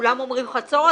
כולם אומרים חצור,